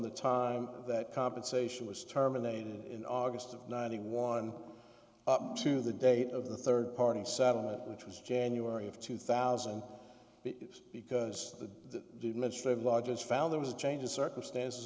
the time that compensation was terminated in august of ninety one to the date of the third party settlement which was january of two thousand because the ministry of lodges found there was a change in circumstances